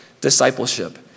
discipleship